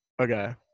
Okay